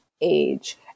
age